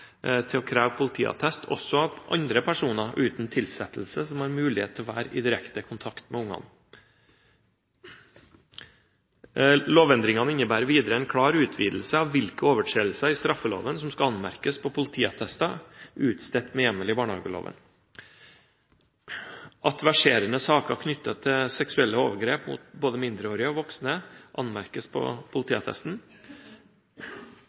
til å kreve politiattest også av personer uten tilsettelse som har mulighet til å være i direkte kontakt med ungene. Lovendringene innebærer videre en klar utvidelse av hvilke overtredelser i straffeloven som skal anmerkes på politiattester utstedt med hjemmel i barnehageloven, at verserende saker knyttet til seksuelle overgrep mot både mindreårige og voksne anmerkes på